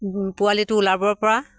পোৱালিটো ওলাবৰ পৰা